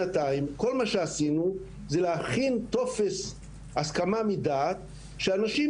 כל מה שעשינו זה להכין טופס הסכמה מדעת שהנשים